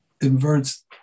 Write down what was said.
inverts